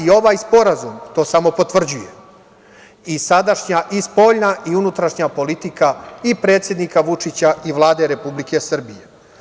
Ovaj sporazum to samo potvrđuje, kao i sadašnja i spoljna i unutrašnja politika i predsednika Vučića i Vlade Republike Srbije.